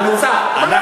מכתב, זה לא נכון.